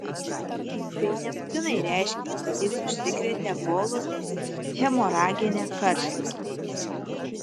tai nebūtinai reiškia kad jis užsikrėtė ebolos hemoragine karštlige